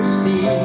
see